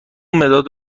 مداد